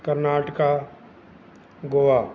Karnataka Goa